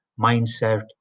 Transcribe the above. mindset